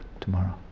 tomorrow